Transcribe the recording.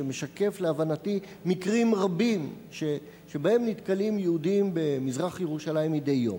שמשקף להבנתי מקרים רבים שבהם נתקלים יהודים במזרח-ירושלים מדי יום.